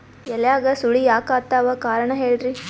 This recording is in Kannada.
ಎಲ್ಯಾಗ ಸುಳಿ ಯಾಕಾತ್ತಾವ ಕಾರಣ ಹೇಳ್ರಿ?